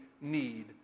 need